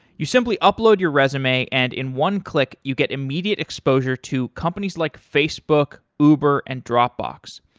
you simply upload your resume and in one click you get immediate exposure to companies like facebook, uber and dropbox.